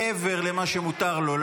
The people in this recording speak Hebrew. מעבר למה שמותר לו,